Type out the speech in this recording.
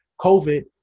COVID